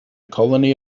colony